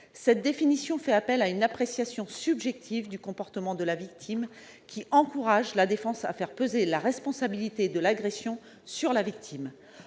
Cette définition fait appel à une appréciation subjective du comportement de la victime, qui encourage la défense à faire peser la responsabilité de l'agression sur la victime.